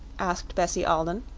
asked bessie alden.